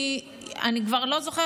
אני כבר לא זוכרת,